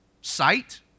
sight